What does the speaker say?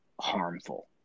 harmful